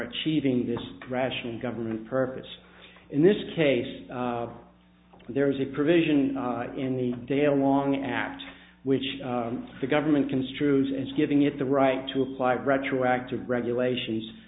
achieving this rational government purpose in this case there was a provision in the daylong act which the government construed as giving it the right to apply retroactive regulations